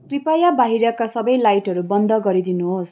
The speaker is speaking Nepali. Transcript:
कृपया बाहिरका सबै लाइटहरू बन्द गरिदिनुहोस्